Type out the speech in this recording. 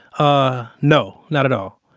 ah no, not at all.